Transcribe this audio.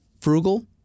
frugal